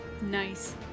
Nice